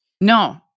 No